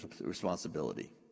responsibility